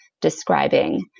describing